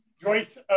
Joyce